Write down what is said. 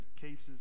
cases